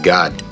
God